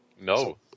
no